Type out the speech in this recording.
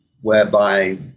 whereby